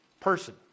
person